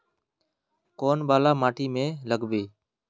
कौन वाला माटी में लागबे?